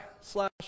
slash